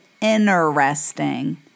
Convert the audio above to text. interesting